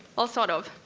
well sort of,